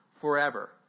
forever